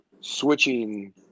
switching